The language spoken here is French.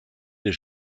des